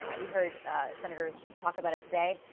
ah we heard senators talk about it today.